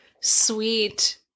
sweet –